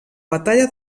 batalla